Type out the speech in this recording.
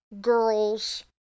girls